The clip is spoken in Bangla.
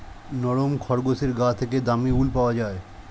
নরম খরগোশের গা থেকে দামী উল পাওয়া যায়